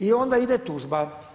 I onda ide tužba.